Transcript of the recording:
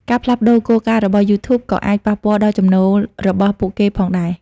ការផ្លាស់ប្តូរគោលការណ៍របស់ YouTube ក៏អាចប៉ះពាល់ដល់ចំណូលរបស់ពួកគេផងដែរ។